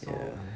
ya